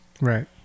Right